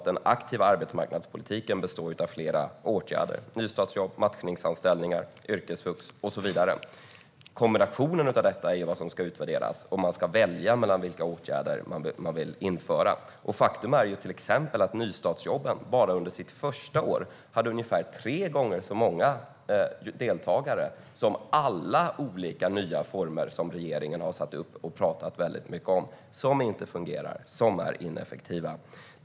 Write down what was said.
Den aktiva arbetsmarknadspolitiken består av flera åtgärder: nystartsjobb, matchningsanställningar, yrkesvux och så vidare. Kombinationen av detta är vad som ska utvärderas, och man ska välja vilka åtgärder man vill införa. Faktum är till exempel att nystartsjobben bara under sitt första år hade ungefär tre gånger så många deltagare som alla olika nya former som regeringen har satt upp och pratat mycket om, som inte fungerar och som är väldigt ineffektiva.